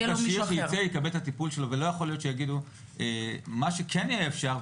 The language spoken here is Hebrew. מה שכן אפשר,